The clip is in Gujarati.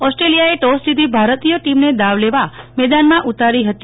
ઓસ્ટ્રેલિયાએ ટોસ જીતી ભારતીય ટીમને દાવ લેવા મેદાનમાં ઉતારી ફતી